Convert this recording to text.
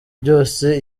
byose